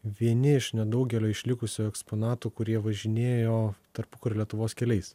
vieni iš nedaugelio išlikusių eksponatų kurie važinėjo tarpukario lietuvos keliais